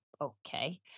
Okay